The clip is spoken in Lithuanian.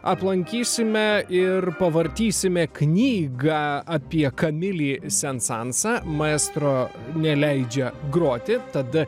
aplankysime ir pavartysime knygą apie kamilį sensansą maestro neleidžia groti tada